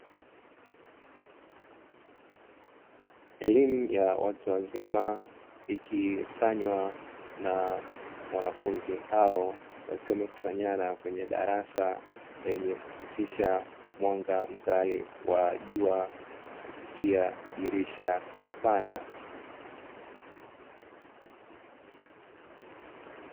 Elimu ya watu wazima ikifanywa na wanafunzi hao, wakiwa wamekusanyana kwenye darasa lenye kupitisha mwanga mkali wa jua kupitia dirisha pana.